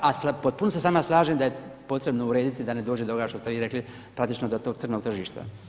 A potpuno se s vama slažem da je potrebno urediti da ne dođe do ovog što ste vi rekli praktično do tog crnog tržišta.